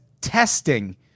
testing